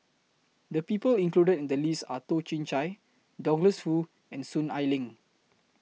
The People included in The list Are Toh Chin Chye Douglas Foo and Soon Ai Ling